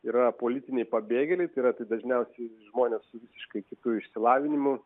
yra politiniai pabėgėliai tai yra tai dažniausiai žmonės su visiškai kitu išsilavinimu